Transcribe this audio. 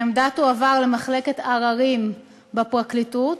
העמדה תועבר למחלקת עררים בפרקליטות,